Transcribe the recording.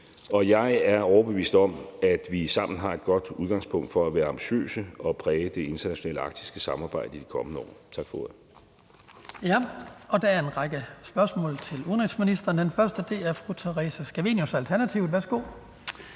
og jeg er overbevist om, at vi sammen har et godt udgangspunkt for at være ambitiøse og præge det internationale arktiske samarbejde i de kommende år. Tak for ordet. Kl. 15:36 Den fg. formand (Hans Kristian Skibby): Der er en række spørgsmål til udenrigsministeren. Det første er fra fru Theresa Scavenius fra Alternativet. Værsgo.